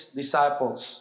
disciples